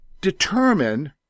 determine